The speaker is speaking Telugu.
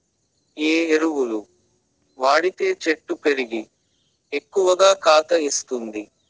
ఏ ఎరువులు వాడితే చెట్టు పెరిగి ఎక్కువగా కాత ఇస్తుంది?